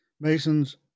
Masons